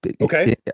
Okay